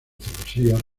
celosías